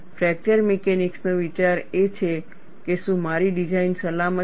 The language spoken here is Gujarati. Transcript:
ફ્રેક્ચર મિકેનિક્સનો વિચાર એ છે કે શું મારી ડિઝાઇન સલામત છે